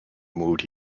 moved